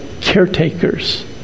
caretakers